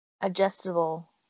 adjustable